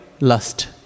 lust